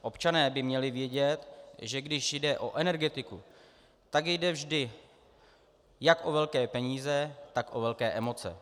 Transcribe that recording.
Občané by měli vědět, že když jde o energetiku, tak jde vždy jak o velké peníze, tak o velké emoce.